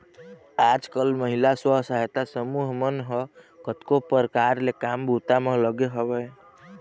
आजकल महिला स्व सहायता समूह मन ह कतको परकार ले काम बूता म लगे हवय